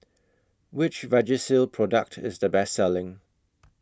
Which Vagisil Product IS The Best Selling